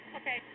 Okay